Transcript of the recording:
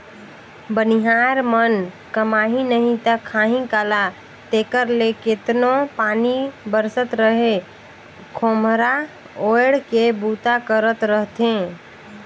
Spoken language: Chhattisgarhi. बनिहार मन कमाही नही ता खाही काला तेकर ले केतनो पानी बरसत रहें खोम्हरा ओएढ़ के बूता करत रहथे